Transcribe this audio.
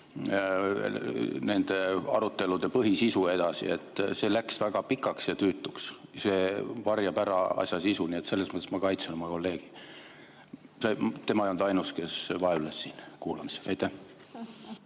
nende arutelude põhisisu edasi. See läks väga pikaks ja tüütuks, see varjab ära asja sisu. Nii et selles mõttes ma kaitsen oma kolleegi. Tema ei olnud ainus, kes vaevles siin kuulamisega. Aitäh!